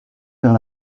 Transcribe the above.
vers